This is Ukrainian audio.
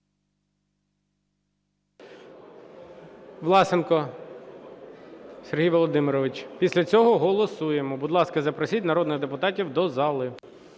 Власенко Сергій Володимирович. Після цього голосуємо. Будь ласка, запросіть народних депутатів до зали.